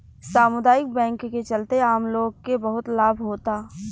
सामुदायिक बैंक के चलते आम लोग के बहुत लाभ होता